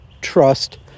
trust